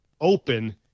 open